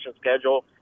schedule